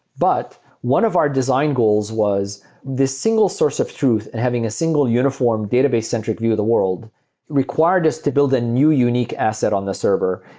but one of our design goals was this single source of truth and having a single uniform database-centric view of the world required us to build a new unique asset on the server.